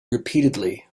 repeatedly